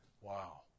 wow